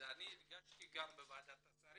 את זה הדגשתי ואמרתי בוועדת השרים,